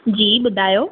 जी ॿुधायो